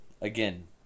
Again